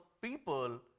people